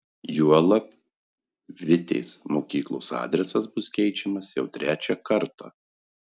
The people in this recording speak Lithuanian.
juolab vitės mokyklos adresas bus keičiamas jau trečią kartą